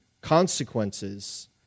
consequences